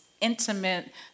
intimate